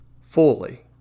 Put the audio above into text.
fully